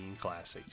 classics